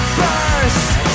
burst